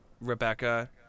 Rebecca